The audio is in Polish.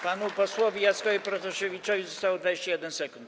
Panu posłowi Jackowi Protasiewiczowi zostało 21 sekund.